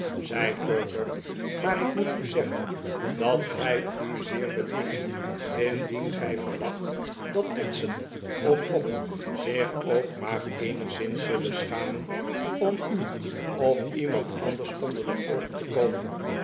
zei perker maar ik moet u zeggen dat gij u zeer bedriegt indien gij verwacht dat dodson of fogg zich ook maar eenigszins zullen schamen om u of iemand anders onder de oogen te komen